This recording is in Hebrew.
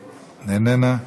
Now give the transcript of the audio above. איננה,